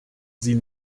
sie